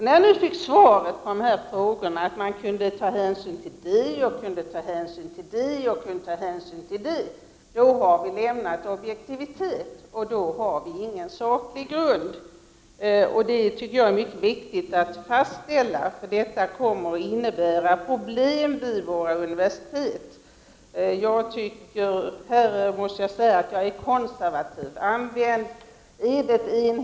När jag nu fick svaret att man kan ta hänsyn till det, det eller det har vi lämnat objektiviteten. Då finns det inte heller någon saklig grund. Det är mycket viktigt att fastställa detta, för det kommer att innebära problem vid våra universitet. I det här fallet är jag konservativ.